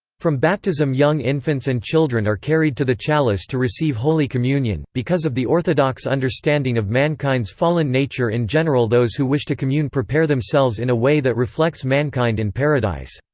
from baptism young infants and children are carried to the chalice to receive holy communion because of the orthodox understanding of mankind's fallen nature in general those who wish to commune prepare themselves in a way that reflects mankind in paradise.